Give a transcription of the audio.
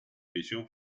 visión